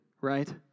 right